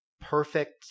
perfect